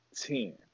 Ten